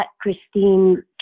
Christine